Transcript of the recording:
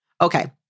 Okay